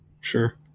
sure